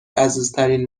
عزیزترین